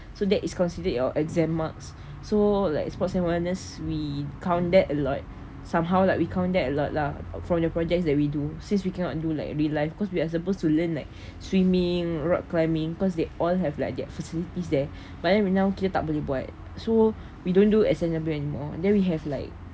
so that is considered your exam marks so like sports and wellness we count that a lot somehow like we count that a lot lah from the projects that we do since we cannot do like real life cause we are supposed to learn like swimming rock climbing cause they all have like their facilities there but then we now kita tak boleh buat so we don't do S_A_W anymore then we have like